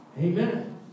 Amen